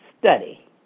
study